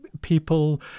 people